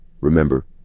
Remember